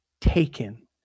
taken